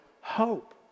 hope